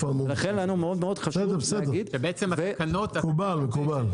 בסדר, מקובל.